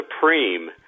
supreme